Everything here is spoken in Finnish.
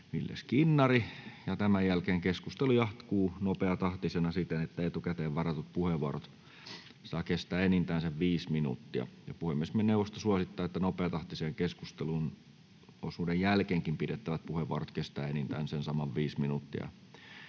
Tämän jälkeen keskustelu jatkuu nopeatahtisena siten, että etukäteen varatut puheenvuorot saavat kestää enintään viisi minuuttia. Puhemiesneuvosto suosittaa, että nopeatahtisen keskusteluosuuden jälkeenkin pidettävät puheenvuorot kestävät enintään sen saman viisi minuuttia.